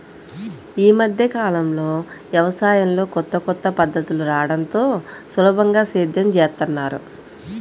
యీ మద్దె కాలంలో యవసాయంలో కొత్త కొత్త పద్ధతులు రాడంతో సులభంగా సేద్యం జేత్తన్నారు